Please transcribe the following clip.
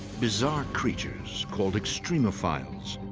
bizarre creatures, called extremophiles,